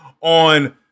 on